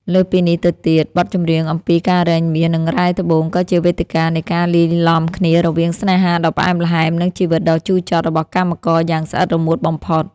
លើសពីនេះទៅទៀត បទចម្រៀងអំពីការរែងមាស និងរ៉ែត្បូងក៏ជាវេទិកានៃការលាយឡំគ្នារវាងស្នេហាដ៏ផ្អែមល្ហែម និងជីវិតដ៏ជូរចត់របស់កម្មករយ៉ាងស្អិតរមួតបំផុត។